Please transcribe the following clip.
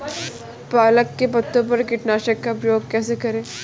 पालक के पत्तों पर कीटनाशक का प्रयोग कैसे करें?